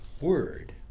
word